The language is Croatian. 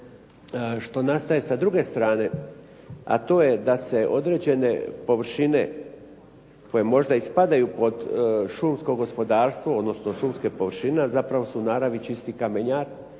što nastaje sa druge strane, a to je da se određene površine koje možda i spadaju pod šumsko gospodarstvo odnosno šumske površine, a zapravo su u naravi čisti kamenjar,